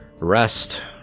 Rest